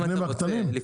תקנה מהקטנים?